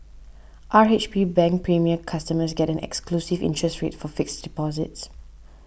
R H B Bank Premier customers get an exclusive interest rate for fixed deposits